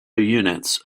units